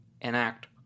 enact